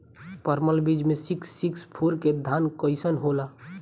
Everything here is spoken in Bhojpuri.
परमल बीज मे सिक्स सिक्स फोर के धान कईसन होला?